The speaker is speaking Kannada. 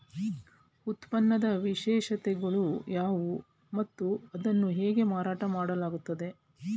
ಉತ್ಪನ್ನದ ವಿಶೇಷತೆಗಳು ಯಾವುವು ಮತ್ತು ಅದನ್ನು ಹೇಗೆ ಮಾರಾಟ ಮಾಡಲಾಗುತ್ತದೆ?